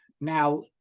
now